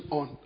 on